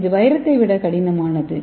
இது வைரத்தை விட கடினமானது